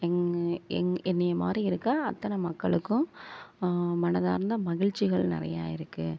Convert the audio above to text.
எங் என் என்னைய மாதிரி இருக்கற அத்தனை மக்களுக்கும் மனதார்ந்த மகிழ்ச்சிகள் நிறையா இருக்குது